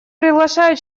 приглашаю